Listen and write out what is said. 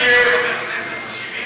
ההסתייגות